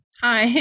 hi